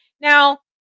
now